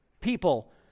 people